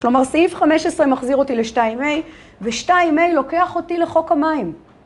כלומר, סעיף 15 מחזיר אותי לשתיים מי, ושתיים מי לוקח אותי לחוק המים.